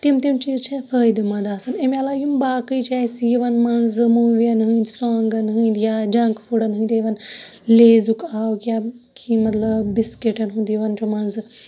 تِم تِم چیٖز چھِ فٲیدٕ مند آسان اَمہِ علاوٕ یِم باقٕے چھِ اَسہِ یِوان منٛزٕ موٗویَن ہٕندۍ ساانگَن ہٕندۍ یا جَنَک فُڈَن ہندۍ یِوان لیزُک آو کیٚنٛہہ مطلب بِسکِٹَن ہُند یِوان چھُ مَنزٕ